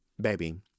Baby